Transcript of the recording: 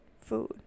food